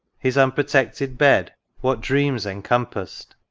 his unprotected bed what dreams encompassed?